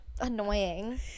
annoying